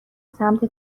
سمت